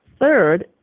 Third